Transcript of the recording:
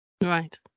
Right